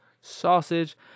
Sausage